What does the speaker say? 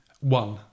one